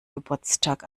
geburtstag